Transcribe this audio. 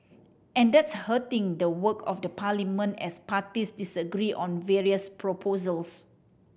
and that's hurting the work of the parliament as parties disagree on various proposals